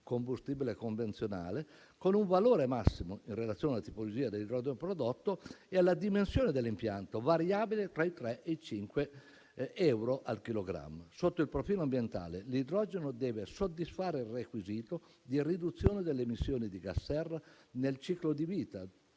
combustibile convenzionale, con un valore massimo, in relazione alla tipologia dell'idrogeno prodotto, e alla dimensione dell'impianto variabile tra i tre e i cinque euro al chilogrammo. Sotto il profilo ambientale l'idrogeno deve soddisfare il requisito di riduzione delle emissioni di gas serra nel ciclo di vita